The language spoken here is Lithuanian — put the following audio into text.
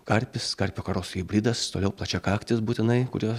karpis karpio karoso hibridas toliau plačiakaktis būtinai kurio